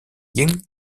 yin